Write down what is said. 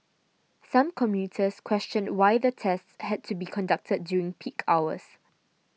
some commuters questioned why the tests had to be conducted during peak hours